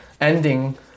ending